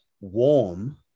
warm